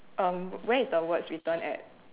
um where is the words written at